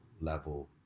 level